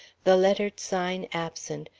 the lettered sign absent,